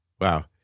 Wow